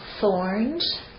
thorns